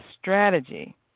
strategy